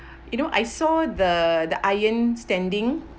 you know I saw the the iron standing